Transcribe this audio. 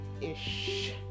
ish